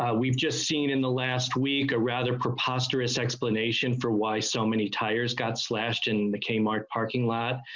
we've just seen in the last week or rather preposterous explanation for why so many tires got slashed in the k-mart parking lot.